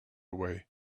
away